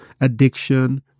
addiction